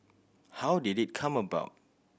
how did it come about